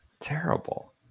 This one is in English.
Terrible